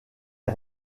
est